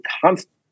constantly